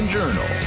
journal